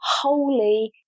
Holy